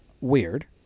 weird